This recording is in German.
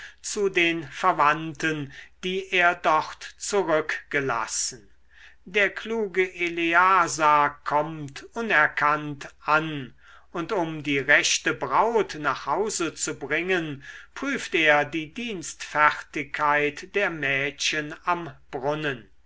zu den verwandten die er dort zurückgelassen der kluge eleasar kommt unerkannt an und um die rechte braut nach hause zu bringen prüft er die dienstfertigkeit der mädchen am brunnen